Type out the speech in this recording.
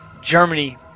Germany